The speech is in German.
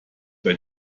bei